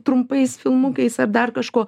trumpais filmukais ar dar kažkuo